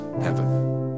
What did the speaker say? heaven